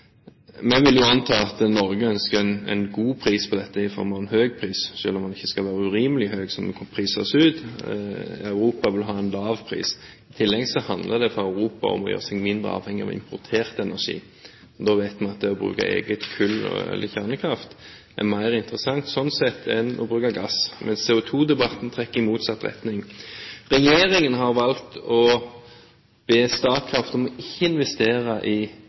i form av en høy pris, selv om den ikke skal være urimelig høy, så vi kan prise oss ut. Europa vil ha en lav pris. I tillegg handler det for Europa om å gjøre seg mindre avhengig av importert energi. Nå vet vi at det å bruke eget kull eller kjernekraft er mer interessant sånn sett enn å bruke gass, men CO2-debatten trekker i motsatt retning. Regjeringen har valgt å be Statkraft om ikke å investere i